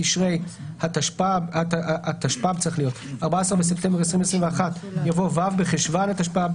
בתשרי התשפ"ב (14 בספטמבר 2021)" יבוא "ו' בחשון התשפ"ב